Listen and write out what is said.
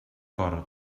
cor